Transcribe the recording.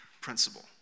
principle